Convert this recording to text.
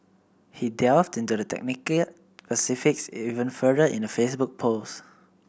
he delved into the technical specifics even further in a Facebook post